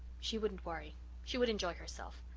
she wouldn't worry she would enjoy herself.